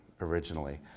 originally